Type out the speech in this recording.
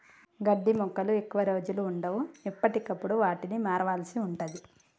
గడ్డి మొక్కలు ఎక్కువ రోజులు వుండవు, ఎప్పటికప్పుడు వాటిని మార్వాల్సి ఉంటది